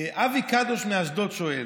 אבי קדוש מאשדוד שואל,